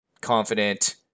confident